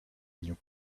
new